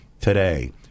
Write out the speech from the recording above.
today